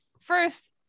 first